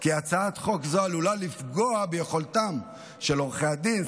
כי הצעת חוק זו עלולה לפגוע ביכולתם של עורכי הדין,